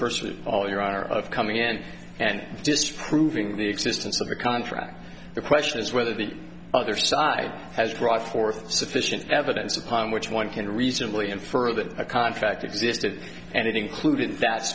first of all your honor of coming in and just proving the existence of the contract the question is whether the other side has brought forth sufficient evidence upon which one can reasonably infer that a contract existed and it included that